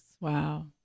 wow